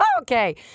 Okay